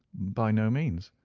by no means.